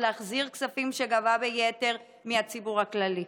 להחזיר כספים שגבו ביתר מהציבור הכללי?